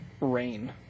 rain